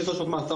16 שנות מאסר,